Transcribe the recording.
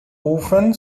ofen